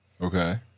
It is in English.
Okay